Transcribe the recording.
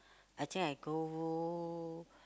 I think I go